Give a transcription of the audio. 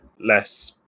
less